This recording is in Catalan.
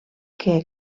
que